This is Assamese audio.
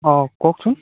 অঁ কওকচোন